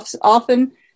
often